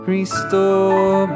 Restore